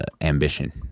ambition